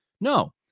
No